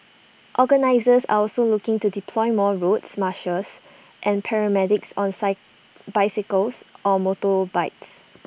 organisers are also looking to deploy more route marshals and paramedics on bicycles or motorbikes